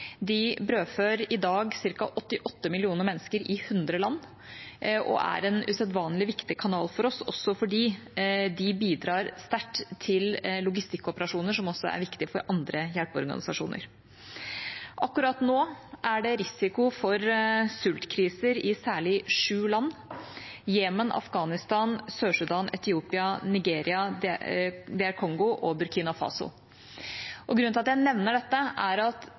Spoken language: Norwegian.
De brødfør i dag ca. 88 millioner mennesker i 100 land og er en usedvanlig viktig kanal for oss, også fordi de bidrar sterkt til logistikkoperasjoner som også er viktig for andre hjelpeorganisasjoner. Akkurat nå er det risiko for sultkriser i særlig sju land – Jemen, Afghanistan, Sør-Sudan, Etiopia, Nigeria, Kongo og Burkina Faso. Grunnen til at jeg nevner dette, er at